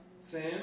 Sam